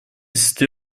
сестре